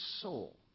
soul